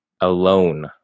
Alone